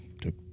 took